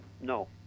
No